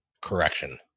correction